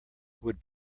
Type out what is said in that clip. would